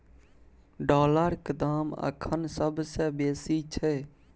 डॉलरक दाम अखन सबसे बेसी छै